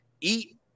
Eat